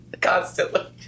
Constantly